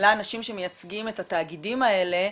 לאנשים שמייצגים את התאגידים האלה,